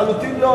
לחלוטין לא,